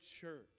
church